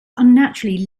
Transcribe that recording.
unnaturally